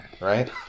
Right